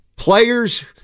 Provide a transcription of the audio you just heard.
Players